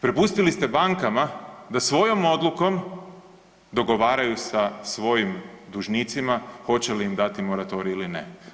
Prepustili ste bankama da svojom odlukom dogovaraju sa svojim dužnicima hoće li im dati moratorij ili ne.